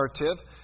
narrative